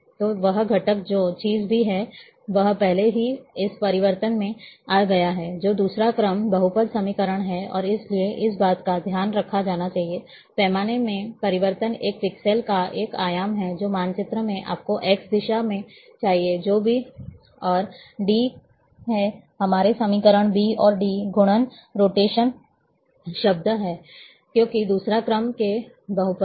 तो वह घटक जो चीज़ भी है वह पहले ही इस परिवर्तन में आ गया है जो दूसरा क्रम बहुपद समीकरण है और इसलिए इस बात का ध्यान रखा जाना चाहिए पैमाने में परिवर्तन एक पिक्सेल का एक आयाम है जो मानचित्र में आपको x दिशा में चाहिए जो बी और डी हैं हमारे समीकरण b और d घूर्णन शब्द हैं क्योंकि दूसरे क्रम के बहुपद हैं